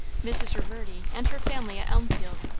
mrs. reverdy and her family at elmfield,